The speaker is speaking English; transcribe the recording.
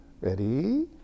Ready